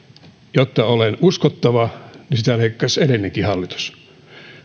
jotta olen uskottava sitä leikkasi edellinenkin hallitus